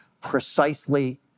precisely